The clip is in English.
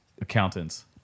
Accountants